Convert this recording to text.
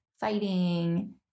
fighting